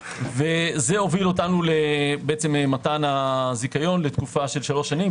זה הוביל אותנו למתן הזיכיון לתקופה של שלוש שנים,